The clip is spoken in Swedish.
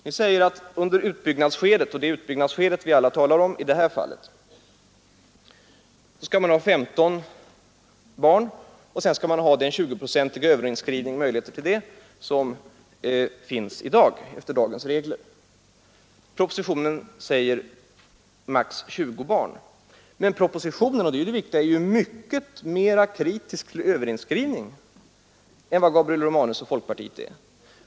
Ni säger att under utbyggnadsskedet — och det är utbyggnadsskedet vi alla talar om i det här fallet — skall man ha 15 barn och de möjligheter till 20-procentig överinskrivning som finns enligt dagens regler. I propositionen anges att det skall vara maximalt 20 barn, men — och det är det viktiga — i propositionen är man mycket mera kritisk till överinskrivning än vad Gabriel Romanus och folkpartiet är.